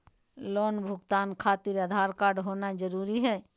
Loan भुगतान खातिर Aadhaar card होना जरूरी है?